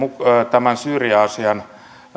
tämän syyria asian